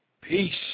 Peace